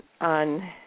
on